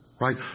right